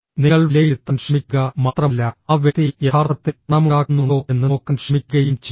നിങ്ങൾ വിലയിരുത്താൻ ശ്രമിക്കുക മാത്രമല്ല ആ വ്യക്തി യഥാർത്ഥത്തിൽ പണമുണ്ടാക്കുന്നുണ്ടോ എന്ന് നോക്കാൻ ശ്രമിക്കുകയും ചെയ്യുന്നു